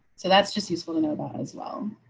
so that's just useful to know about as well.